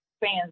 fans